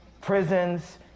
prisons